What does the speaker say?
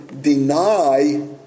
deny